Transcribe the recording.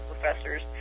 professors